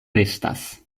restas